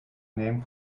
name